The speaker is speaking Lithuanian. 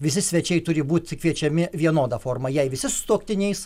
visi svečiai turi būt kviečiami vienoda forma jei visi sutuoktiniais